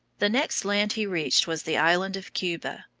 the next land he reached was the island of cuba.